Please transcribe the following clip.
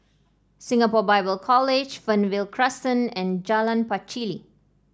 Singapore Bible College Fernvale Crescent and Jalan Pacheli